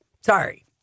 Sorry